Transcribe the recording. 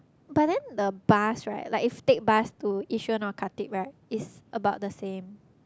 but then the bus right like if take bus to Yishun or Khatib right is about the same